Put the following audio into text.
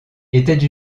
étaient